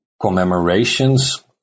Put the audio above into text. commemorations